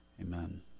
Amen